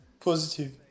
Positive